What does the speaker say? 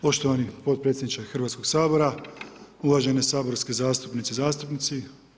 Poštovani potpredsjedniče Hrvatskoga sabora, uvaženi saborski zastupnice i zastupnici.